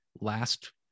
last